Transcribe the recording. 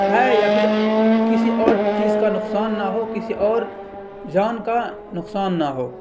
کھائے یا پھر کسی اور چیز کا نقصان نہ ہو کسی اور جان کا نقصان نہ ہو